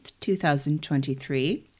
2023